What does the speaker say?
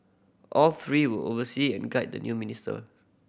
all three will oversee and guide the new minister